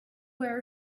where